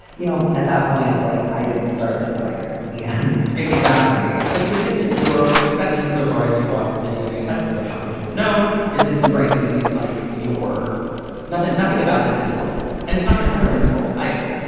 you know, at that point, it's like i didn't start the fire and exactly. i think this isn't yours. except insofar as you bought the dna test. but how could you have known this isn't really like your nothing. nothing about this is your fault and it's not your husband's fault either.